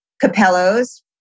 Capello's